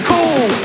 Cool